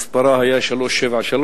מספרה היה 373,